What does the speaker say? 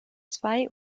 zwei